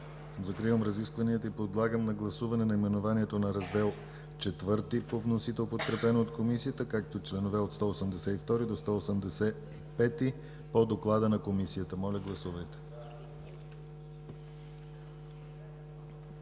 Закривам разискванията. Подлагам на гласуване наименованието на Раздел ІV по вносител, подкрепено от Комисията, както и членове от 182 до 185 по доклада на Комисията. Моля, гласувайте.